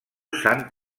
sant